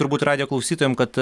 turbūt radijo klausytojam kad